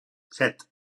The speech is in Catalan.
set